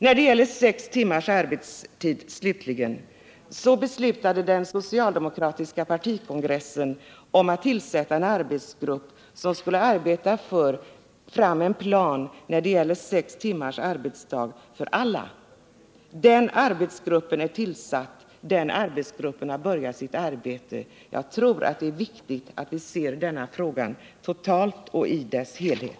När det slutligen gäller sex timmars arbetsdag beslutade den socialdemokratiska partikongressen att tillsätta en arbetsgrupp, som skulle arbeta fram en plan när det gäller sex timmars arbetsdag för alla. Den arbetsgruppen är tillsatt. Den har börjat sitt arbete. Jag tror att det är viktigt att vi ser denna fråga totalt och i sin helhet.